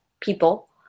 people